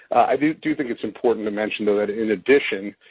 i do think it's important to mention though that, in addition,